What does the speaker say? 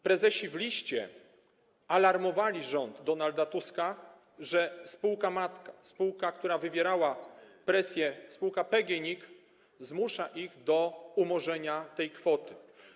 Prezesi w liście alarmowali rząd Donalda Tuska, że spółka matka, która wywierała presję, spółka PGNiG zmusza ich do umorzenia tej kwoty.